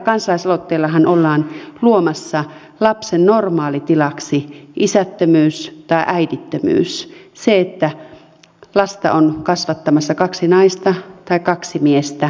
tällä kansalaisaloitteellahan ollaan luomassa lapsen normaalitilaksi isättömyys tai äidittömyys se että lasta on kasvattamassa kaksi naista tai kaksi miestä